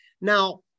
Now